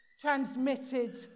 transmitted